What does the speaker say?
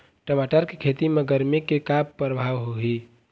टमाटर के खेती म गरमी के का परभाव होही?